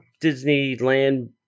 Disneyland